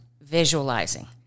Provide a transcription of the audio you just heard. visualizing